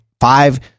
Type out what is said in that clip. Five